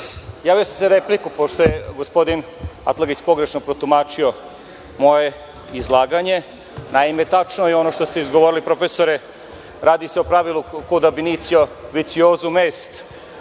javio sam se za repliku, pošto je gospodin Atlagić pogrešno protumačio moje izlaganje. Naime, tačno je ono što ste izgovorili profesore. Radi se o pravilu „kod abinicio vec jozum est“,